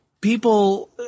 people